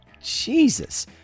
Jesus